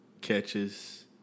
catches